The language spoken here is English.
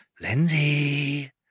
Lindsay